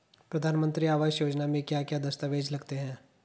प्रधानमंत्री आवास योजना में क्या क्या दस्तावेज लगते हैं?